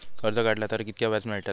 कर्ज काडला तर कीतक्या व्याज मेळतला?